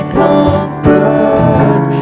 comfort